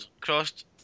crossed